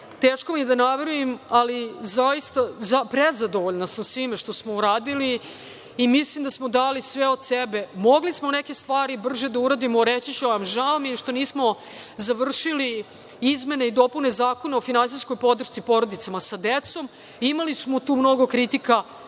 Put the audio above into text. Teško mi je da nabrojim, ali sam prezadovoljna sa svime što sam uradila i mislim da smo dali sve od sebe. Mogli smo neke stvari brže da uradimo. Reći ću vam da mi je žao što nismo završili izmene i dopune Zakona o finansijskoj podršci porodicama sa decom. Imali smo tu mnogo kritika.